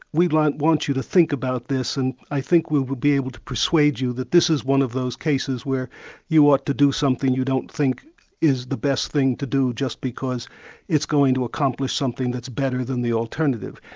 we like want you to think about this, and i think we would be able to persuade you that this is one of those cases where you ought to do something you don't think is the best thing to do just because it's going to accomplish something that's better than the alternative.